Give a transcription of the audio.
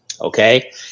Okay